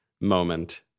moment